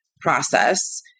process